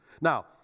Now